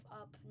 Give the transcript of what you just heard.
up